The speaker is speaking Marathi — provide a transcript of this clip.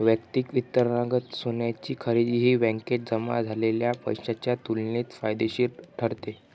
वैयक्तिक वित्तांतर्गत सोन्याची खरेदी ही बँकेत जमा झालेल्या पैशाच्या तुलनेत फायदेशीर ठरते